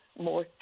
more